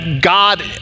God